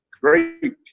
great